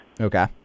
Okay